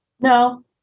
No